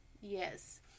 Yes